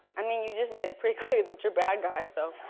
i mean, you just made it pretty clear that you're bad guy. so